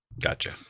gotcha